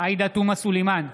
עאידה תומא סלימאן,